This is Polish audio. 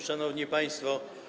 Szanowni Państwo!